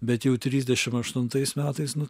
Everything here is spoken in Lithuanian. bet jau trisdešim aštuntais metais nu